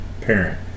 parent